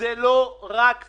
זה לא רק "פניציה"